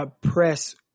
press